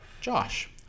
Josh